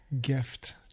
gift